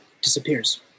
disappears